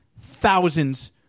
thousands